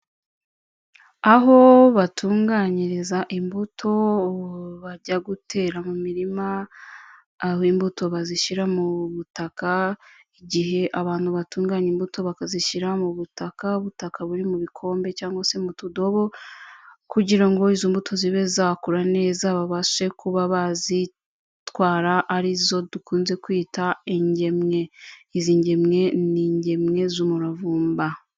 Aho batunganyiriza imbuto bajya gutera mu mirima, aho imbuto bazishyira mu butaka, igihe abantu batunganya imbuto bakazishyira mu butaka, ubutaka buri mu bikombe cyangwa se mu tudobo, kugira ngo izo mbuto zibe zakura neza, babashe kuba bazitwara, ari zo dukunze kwita ingemwe. Izi ngemwe, ni ngemwe z'umuravumba.